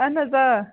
اَہن حظ آ